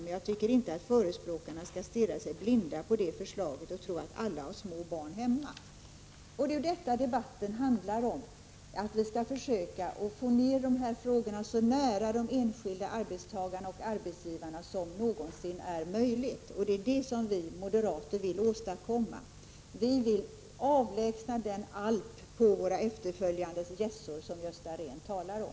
Men jag tycker inte att förespråkarna skall stirra sig blinda på det förslaget och tro att alla har småbarn hemma.” Det är detta debatten handlar om. Vi måste försöka få ned avgörandena i de här frågorna så nära de enskilda arbetstagarna och arbetsgivarna som någonsin är möjligt. Det är det som vi moderater vill åstadkomma. Vi vill avlägsna den alp på våra efterföljandes hjässor som Gösta Rehn talat om.